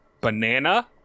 banana